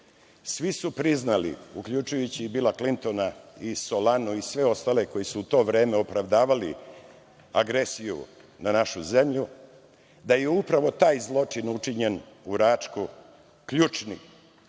Svi su priznali, uključujući i Bila Klintona i Solanu i sve ostale koji su u to vreme opravdavali agresiju na našu zemlju, da je upravo taj zločin učinjen u Račku ključni